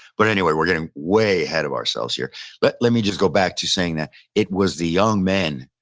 but anyway, we're getting way ahead of ourselves here but let me just go back to saying that it was the young men,